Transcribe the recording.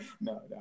no